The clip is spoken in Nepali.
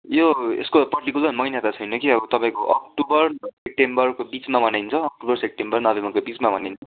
यो यसको पर्टिकुलर महिना त छैन कि अब तपाईँको अक्टोबर सेप्टेम्बरको बिचमा मनाइन्छ अक्टोबर सेप्टेम्बर नोभेम्बरको बिचमा मनाइन्छ